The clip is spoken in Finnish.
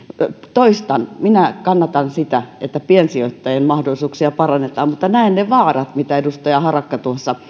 toistan minä kannatan sitä että piensijoittajien mahdollisuuksia parannetaan mutta näen ne vaarat mitä edustaja harakka